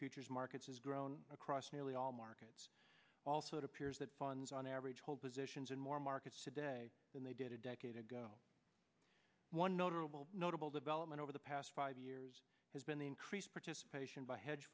futures markets has grown across nearly all markets also it appears that funds on average hold positions in more markets today than they did a decade ago one notable notable development over the past five years has been the increased participation by hedge